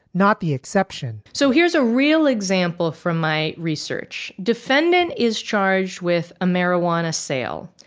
not the exception so here's a real example from my research. defendant is charged with a marijuana sale.